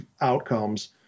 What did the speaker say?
outcomes